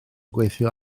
gweithio